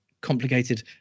complicated